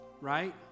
right